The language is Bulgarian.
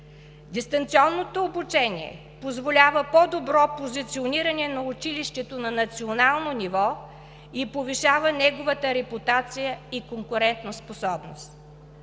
Дистанционното обучение позволява по-добро позициониране на училището на национално ниво и повишава неговата репутация и конкурентоспособност.